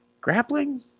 grappling